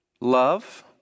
Love